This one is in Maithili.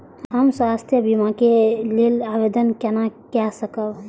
हम स्वास्थ्य बीमा के लेल आवेदन केना कै सकब?